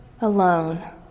alone